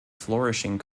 flourishing